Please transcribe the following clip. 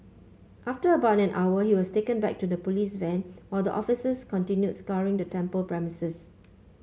after about an hour he was taken back to the police van while the officers continued scouring the temple premises